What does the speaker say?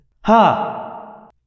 Ha